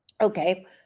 Okay